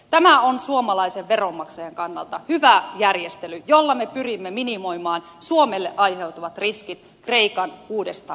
tämä on suomalaisen veronmaksajan kannalta hyvä järjestely jolla me pyrimme minimoimaan suomelle aiheutuvat riskit kreikan uudesta lainaohjelmasta